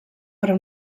però